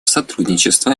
сотрудничества